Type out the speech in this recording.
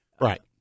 right